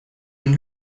den